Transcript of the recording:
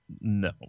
No